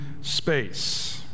space